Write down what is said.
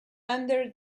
under